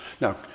Now